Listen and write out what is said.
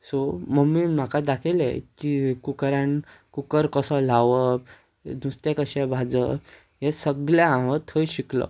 so मम्मीन म्हाका दाखयलें की कुकरान कुकर कसो लावप नुस्तें कशें भाजप हें सगळें हांव थंय शिकलो